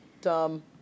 Dumb